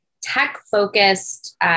tech-focused